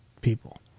people